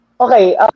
Okay